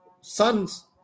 sons